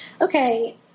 okay